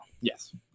Yes